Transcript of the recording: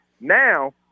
Now